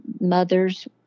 mothers